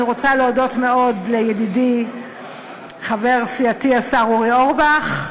אני רוצה להודות מאוד לידידי חבר סיעתי השר אורי אורבך,